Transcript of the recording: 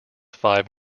five